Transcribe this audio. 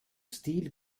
stil